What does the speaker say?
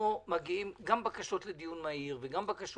גם בקשות לדיון מהיר.